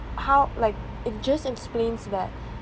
how like it just explains that